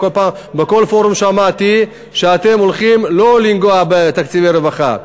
בכל פורום שמעתי שאתם הולכים לא לנגוע בתקציבי רווחה.